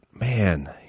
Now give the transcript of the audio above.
man